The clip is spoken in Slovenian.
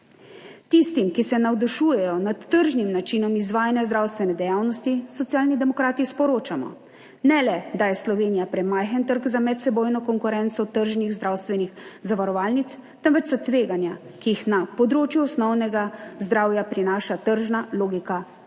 Tistim, ki se navdušujejo nad tržnim načinom izvajanja zdravstvene dejavnosti, Socialni demokrati sporočamo – ne le, da je Slovenija premajhen trg za medsebojno konkurenco tržnih zdravstvenih zavarovalnic, temveč so tveganja, ki jih na področju osnovnega zdravja prinaša tržna logika, popolnoma